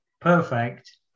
Perfect